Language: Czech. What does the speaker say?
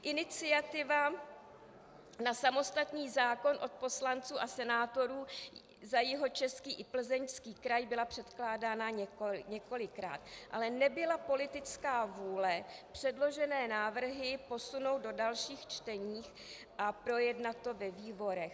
Iniciativa na samostatný zákon od poslanců a senátorů za Jihočeský i Plzeňský kraj byla předkládána několikrát, ale nebyla politická vůle předložené návrhy posunout do dalších čtení a projednat to ve výborech.